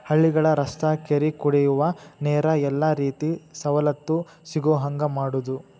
ಹಳ್ಳಿಗಳ ರಸ್ತಾ ಕೆರಿ ಕುಡಿಯುವ ನೇರ ಎಲ್ಲಾ ರೇತಿ ಸವಲತ್ತು ಸಿಗುಹಂಗ ಮಾಡುದ